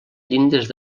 llindes